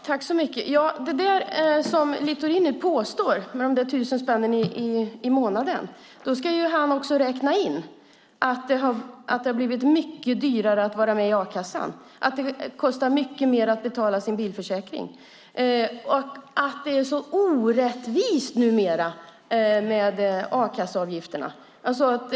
Herr talman! När det gäller där som Littorin påstår om tusen spänn i månaden ska han också räkna in att det har blivit mycket dyrare att vara med i a-kassan och att det kostar mycket mer att betala sin bilförsäkring. Det är så orättvist numera med a-kasseavgifterna.